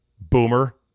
Boomer